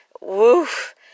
woof